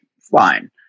fine